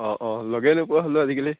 অঁ অঁ লগে নোপোৱা হ'লো আজিকালি